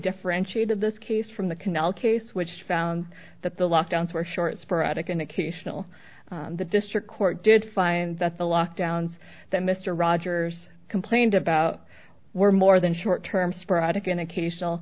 differentiated this case from the canal case which found that the lock downs were short sporadic and occasional the district court did find that the lock downs that mr rogers complained about were more than short term sporadic and occasional